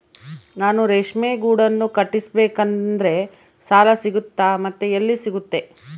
ನಾನು ರೇಷ್ಮೆ ಗೂಡನ್ನು ಕಟ್ಟಿಸ್ಬೇಕಂದ್ರೆ ಸಾಲ ಸಿಗುತ್ತಾ ಮತ್ತೆ ಎಲ್ಲಿ ಸಿಗುತ್ತೆ?